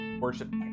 worship